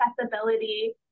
accessibility